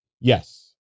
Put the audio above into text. Yes